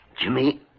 Jimmy